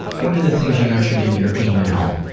one of the things you mentioned in your email